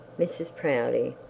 mrs proudie,